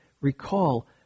recall